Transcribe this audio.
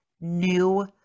new